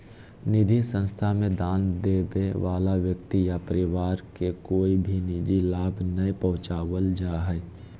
निधि संस्था मे दान देबे वला व्यक्ति या परिवार के कोय भी निजी लाभ नय पहुँचावल जा हय